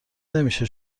نمیشه